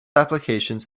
applications